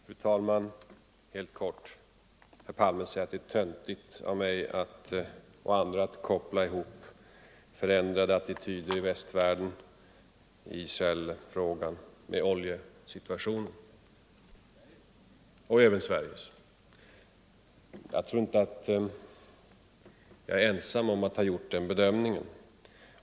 Fru talman! Herr Palme säger att det är töntigt av mig och andra att koppla ihop Sveriges och andra länders i västvärlden förändrade attityder till Israel med oljesituationen. Jag tror inte att jag är ensam om att ha gjort den bedömningen.